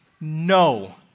No